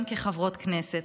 גם כחברות כנסת,